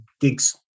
gigs